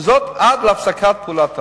וזאת עד להפסקת פעולת הלב".